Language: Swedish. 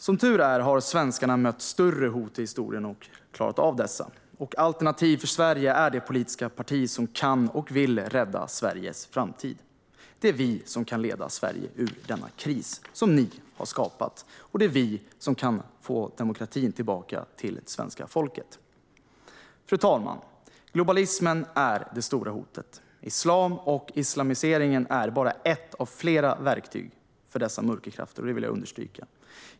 Som tur är har svenskarna mött större hot i historien och klarat av dessa. Alternativ för Sverige är det politiska parti som kan och vill rädda Sveriges framtid. Det är vi som kan leda Sverige ur denna kris som ni har skapat. Det är vi som kan få demokratin tillbaka till det svenska folket. Fru talman! Globalismen är det stora hotet. Islam och islamiseringen är bara ett av flera verktyg för dessa mörkerkrafter. Det vill jag understryka.